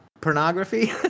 pornography